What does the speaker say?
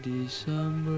December